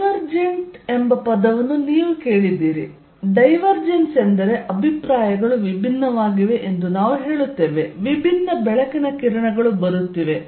divergent ಎಂಬ ಪದವನ್ನು ನೀವು ಕೇಳಿದ್ದೀರಿ ಡೈವರ್ಜೆನ್ಸ್ ಎಂದರೆ ಅಭಿಪ್ರಾಯಗಳು ವಿಭಿನ್ನವಾಗಿವೆ ಎಂದು ನಾವು ಹೇಳುತ್ತೇವೆ ವಿಭಿನ್ನ ಬೆಳಕಿನ ಕಿರಣಗಳು ಬರುತ್ತಿವೆ